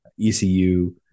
ECU